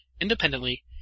independently